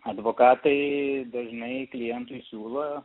advokatai dažnai klientui siūlo